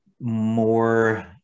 more